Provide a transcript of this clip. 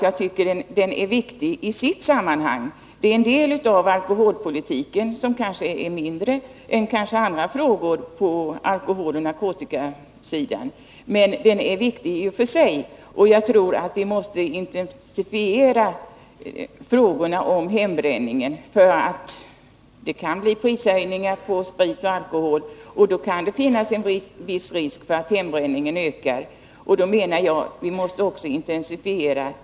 Jag tycker att den i sitt sammanhang är viktig. Den är en del av alkoholpolitiken, kanske av mindre vikt än vissa andra frågor på alkoholoch narkotikaområdet, men den är betydelsefull i sig, och jag tror att vi måste intensifiera arbetet mot hembränningen. Det kan bli prishöjningar på sprit och alkohol, och då kan det uppstå viss risk för att hembränningen ökar. Därför måste vi aktualisera problemen med hembränningen.